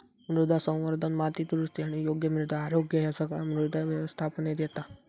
मृदा संवर्धन, माती दुरुस्ती आणि योग्य मृदा आरोग्य ह्या सगळा मृदा व्यवस्थापनेत येता